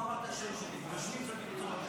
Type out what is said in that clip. הוא אמר את השם שלי מעל לדוכן.